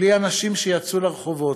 בלי אנשים שיצאו לרחובות,